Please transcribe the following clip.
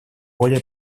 более